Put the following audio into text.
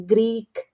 Greek